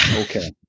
Okay